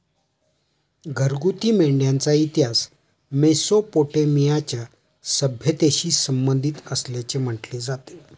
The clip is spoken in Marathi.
घरगुती मेंढ्यांचा इतिहास मेसोपोटेमियाच्या सभ्यतेशी संबंधित असल्याचे म्हटले जाते